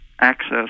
access